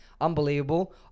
unbelievable